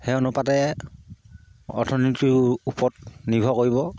সেই অনুপাতে অৰ্থনীতিৰ ওপৰত নিৰ্ভৰ কৰিব